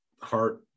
heart